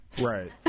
Right